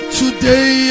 today